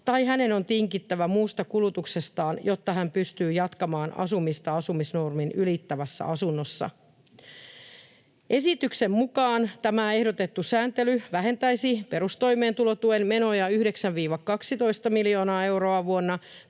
tai hänen on tingittävä muusta kulutuksestaan, jotta hän pystyy jatkamaan asumista asumisnormin ylittävässä asunnossa. Esityksen mukaan tämä ehdotettu sääntely vähentäisi perustoimeentulotuen menoja 9—12 miljoonaa euroa vuonna